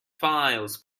files